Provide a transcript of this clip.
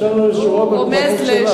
אפשר להכניס את זה גם לחוק שלך.